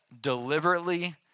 deliberately